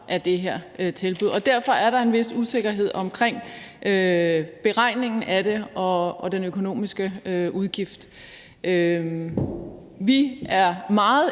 af det her tilbud. Derfor er der en vis usikkerhed om beregningen af det og den økonomiske udgift. Vi er meget